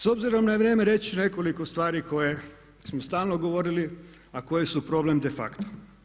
S obzirom na vrijeme reći ću nekoliko stvari koje smo stalno govorili a koje su problem de facto.